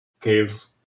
Caves